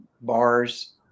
bars